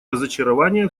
разочарование